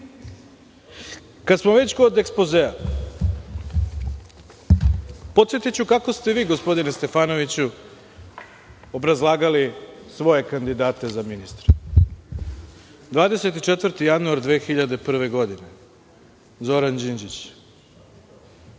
smo već kod ekspozea, podsetiću kako ste vi, gospodine Stefanoviću, obrazlagali svoje kandidate za ministre.24. januar 2001. godine - Zoran Đinđić. Program